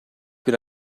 бир